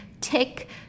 tick